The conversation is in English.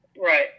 Right